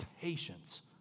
patience